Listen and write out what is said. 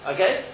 Okay